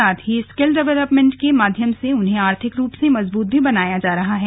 साथ ही skill development के माध्यम से उन्हें आर्थिक रूप से मजबूत बनाया जा रहा है